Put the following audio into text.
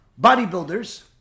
bodybuilders